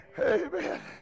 Amen